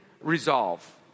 resolve